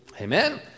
Amen